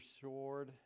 sword